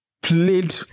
played